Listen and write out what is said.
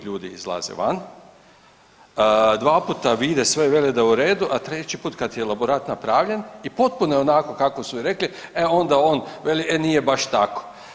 ljudi izlaze van, 2 puta vide sve, vele da je u redu, a 3. put kad je elaborat napravljen i potpuno je onako kako su i rekli, e onda on veli, e nije baš tako.